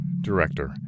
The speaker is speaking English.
Director